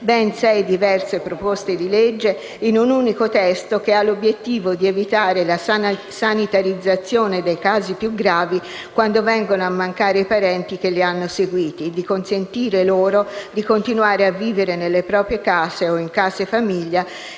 ben sei diverse proposte di legge in un unico testo, che ha l'obiettivo di evitare la sanitarizzazione dei casi più gravi, quando vengono a mancare i parenti che li hanno seguiti, e di consentire loro di continuare a vivere nelle proprie case o in case famiglia